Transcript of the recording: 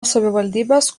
savivaldybės